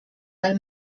weil